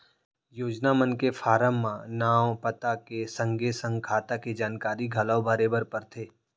योजना मन के फारम म नांव, पता के संगे संग खाता के जानकारी घलौ भरे बर परथे